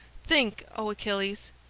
think, o achilles,